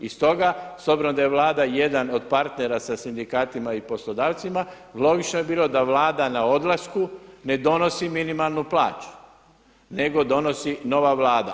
I stoga s obzirom da je Vlada jedan od partnera sa sindikatima i poslodavcima, logično je bilo da vlada na odlasku ne donosi minimalnu plaću nego donosi nova vlada.